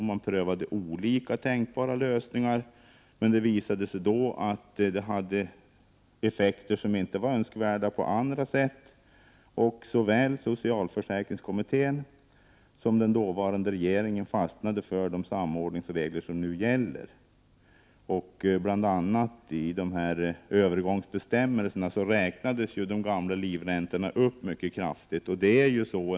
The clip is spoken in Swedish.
Man prövade då olika tänkbara lösningar, men det visade sig att de hade icke önskvärda effekter i andra avseenden. Såväl socialförsäkringskommittén som den dåvarande regeringen fastnade för de samordningsregler som nu gäller. Bland annat i övergångsbestämmelserna räknades livräntorna upp mycket kraftigt.